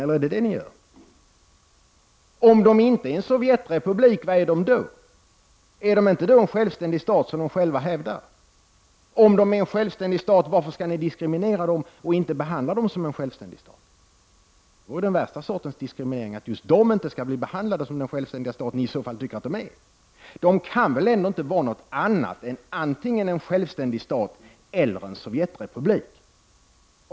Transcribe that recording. Om Litauen inte är en sovjetisk republik, vad är litauerna då? Är de inte då en självständig stat, såsom de själva hävdar? Om de är en självständig stat, varför skall ni då diskriminera dem och inte behandla dem som en självständig stat? Det är den värsta sortens diskriminering att just de inte skall bli behandlade som en självständig stat, vilket ni i så fall tycker att de är. De kan väl ändå inte vara något annat än antingen en självständig stat eller en sovjetrepublik.